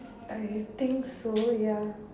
I think so ya